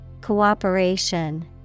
Cooperation